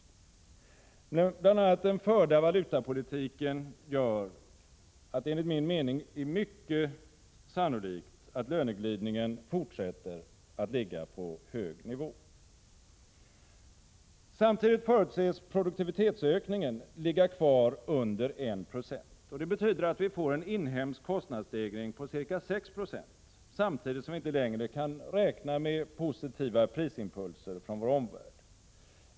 Men bl.a. den förda valutapolitiken gör det enligt min mening mycket sannolikt att löneglidningen fortsätter att ligga på en hög nivå. Samtidigt förutses produktivitetsökningen ligga kvar under 1 96. Det betyder att vi får en inhemsk kostnadsstegring på ca 6 70, samtidigt som vi inte längre kan räkna med positiva prisimpulser från vår omvärld.